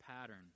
pattern